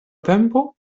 tempo